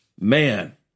man